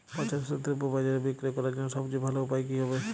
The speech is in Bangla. পচনশীল দ্রব্য বাজারে বিক্রয় করার জন্য সবচেয়ে ভালো উপায় কি হবে?